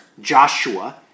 Joshua